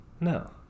No